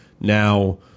Now